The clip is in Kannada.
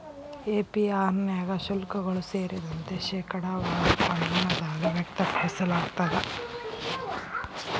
ಎ.ಪಿ.ಆರ್ ನ್ಯಾಗ ಶುಲ್ಕಗಳು ಸೇರಿದಂತೆ, ಶೇಕಡಾವಾರ ಪ್ರಮಾಣದಾಗ್ ವ್ಯಕ್ತಪಡಿಸಲಾಗ್ತದ